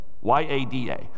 Y-A-D-A